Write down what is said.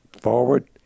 forward